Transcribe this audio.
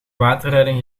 waterleiding